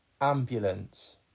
ambulance